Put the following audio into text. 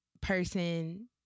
person